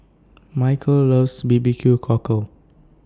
Michel loves B B Q Cockle